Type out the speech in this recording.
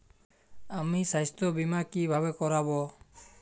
আমি স্বাস্থ্য বিমা কিভাবে করাব?